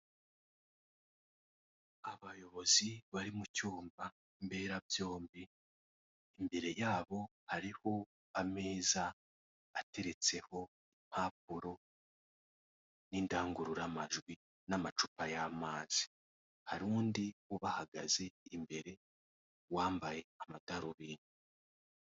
Abayobozi bari mu cyumba mberabyombi, imbere yabo hariho ameza ateretseho impapuro n'indangururamajwi n'amacupa y'amazi, hari undi ubahagaze imbere wambaye amadarubindi.